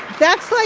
that's, like,